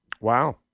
Wow